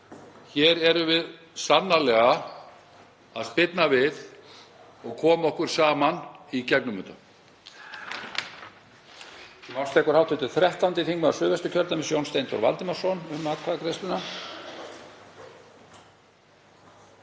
Hér erum við sannarlega að spyrna við og koma okkur saman í gegnum